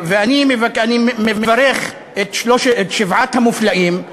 אני מברך את שבעת המופלאים,